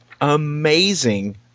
amazing